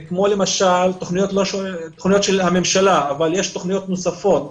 כמו תכניות של הממשלה, אבל יש תכניות נוספות,